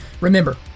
Remember